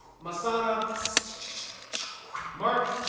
masaana sstsktskws marc